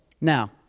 Now